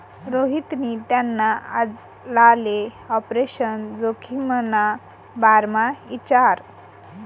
रोहितनी त्याना आजलाले आपरेशन जोखिमना बारामा इचारं